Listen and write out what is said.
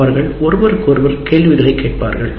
அவர்கள் ஒருவருக்கொருவர் கேள்விகளைக் கேட்பார்கள்